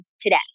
today